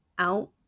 out